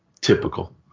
typical